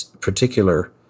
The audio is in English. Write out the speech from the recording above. particular